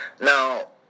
Now